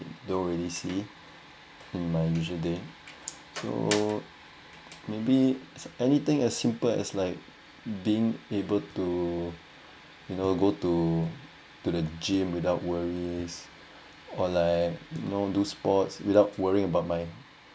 don't really see in my usual day so maybe anything as simple as like being able to you know go to to the gym without worries or like you know do sports without worrying about my